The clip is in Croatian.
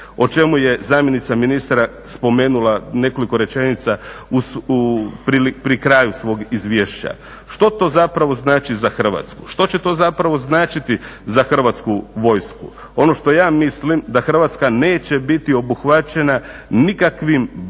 o čemu je zamjenica ministra spomenula nekoliko rečenica pri kraju svog izvješća. Što to zapravo znači za Hrvatsku? Što će to zapravo značiti za Hrvatsku vojsku? Ono što ja mislim da Hrvatska neće biti obuhvaćena nikakvim bazama